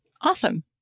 Awesome